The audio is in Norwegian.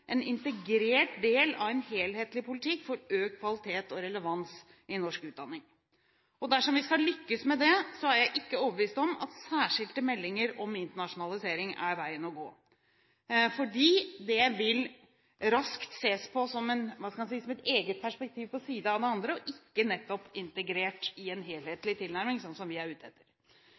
en integrert del av en helhetlig politikk for økt kvalitet og relevans i norsk utdanning. Dersom vi skal lykkes med det, er jeg ikke overbevist om at særskilte meldinger om internasjonalisering er veien å gå, for det vil raskt ses på som et eget perspektiv på siden av det andre, og ikke nettopp integrert i en helhetlig tilnærming, som vi er ute etter.